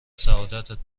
سعادتت